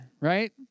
right